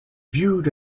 viewed